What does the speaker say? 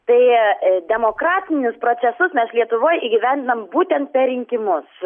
tai demokratinius procesus mes lietuvoj įgyvendinam būtent per rinkimus